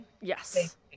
Yes